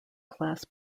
class